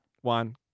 one